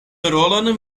rolon